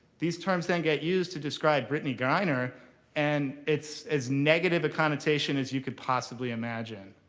these terms then get used to describe brittany griner and it's as negative a connotation as you could possibly imagine.